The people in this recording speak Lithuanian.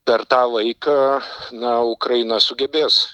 per tą laiką na ukraina sugebės